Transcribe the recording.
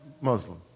Muslim